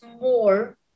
more